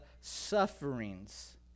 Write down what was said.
sufferings